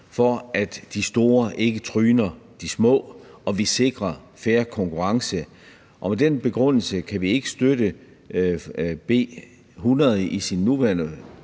for at de store ikke tryner de små og vi sikrer en fair konkurrence. Med den begrundelse kan vi ikke støtte B 100 i sin nuværende